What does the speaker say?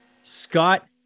Scott